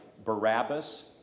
Barabbas